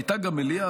הייתה גם מליאה,